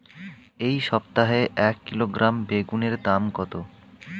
এই সপ্তাহে এক কিলোগ্রাম বেগুন এর দাম কত?